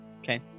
Okay